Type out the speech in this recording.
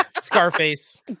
Scarface